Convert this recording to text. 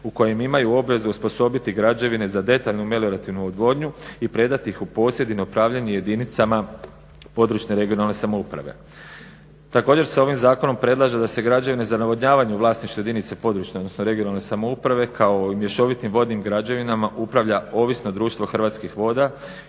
u kojem imaju osposobiti građevine za detaljnu meliorativnu odvodnju i predati ih u posjed i na upravljanje jedinicama područne regionalne samouprave. Također se ovim zakonom predlaže da se građevine za navodnjavanje u vlasništvu jedinice područne odnosno regionalne samouprave kao i mješovitim vodnim građevinama upravlja ovisno društvo hrvatskih voda,